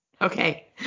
Okay